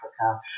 Africa